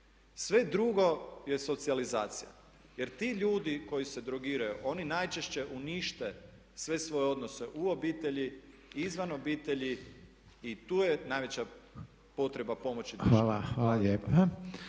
sve drugo je socijalizacija jer ti ljudi koji se drogiraju oni najčešće unište sve svoje odnose u obitelji, izvan obitelji i tu je najveća potreba pomoći …/Govornik se